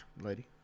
lady